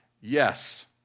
Yes